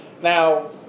Now